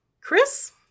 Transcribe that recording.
Chris